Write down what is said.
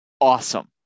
awesome